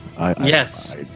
Yes